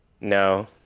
No